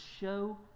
show